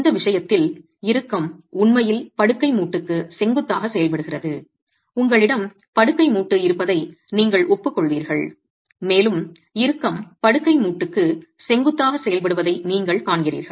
இந்த விஷயத்தில் இறுக்கம் உண்மையில் படுக்கை மூட்டுக்கு செங்குத்தாக செயல்படுகிறது உங்களிடம் படுக்கை மூட்டு இருப்பதை நீங்கள் ஒப்புக்கொள்வீர்கள் மேலும் இறுக்கம் படுக்கை மூட்டுக்கு சாதாரணமாக படுக்கை மூட்டுக்கு செங்குத்தாக செயல்படுவதை நீங்கள் காண்கிறீர்கள்